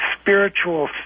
spiritual